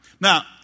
Now